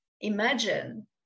imagine